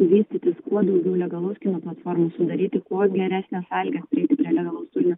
vystytis kuo daugiau legalaus kino platformų sudaryti kuo geresnes sąlygas prieiti prie legalaus turinio